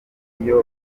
iyo